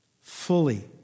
fully